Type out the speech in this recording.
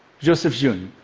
joseph jeune.